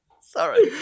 Sorry